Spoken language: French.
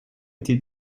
été